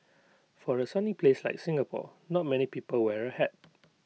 for A sunny place like Singapore not many people wear A hat